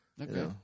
Okay